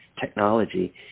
technology